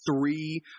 three